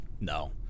No